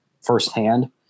firsthand